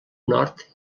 nord